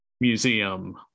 museum